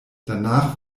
danach